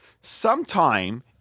sometime